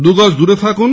দুগজ দূরে থাকুন